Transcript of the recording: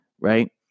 right